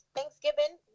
Thanksgiving